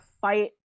fight